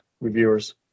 reviewers